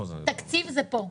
תקציב זה פה.